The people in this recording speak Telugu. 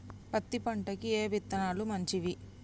పత్తి పంటకి ఏ విత్తనాలు మంచివి?